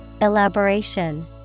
Elaboration